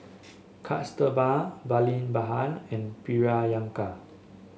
Kasturba Vallabhbhai and Priyanka